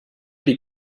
die